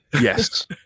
Yes